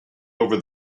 over